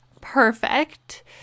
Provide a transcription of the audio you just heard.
perfect